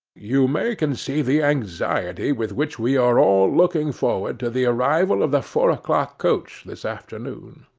you may conceive the anxiety with which we are all looking forward to the arrival of the four o'clock coach this afternoon.